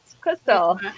Crystal